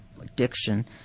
addiction